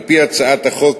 על-פי הצעת החוק